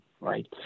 right